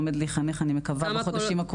עומד להיחנך אני מקווה בחודשים הקרובים.